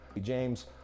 James